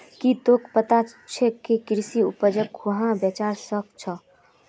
की तोक पता छोक के कृषि उपजक कुहाँ बेचवा स ख छ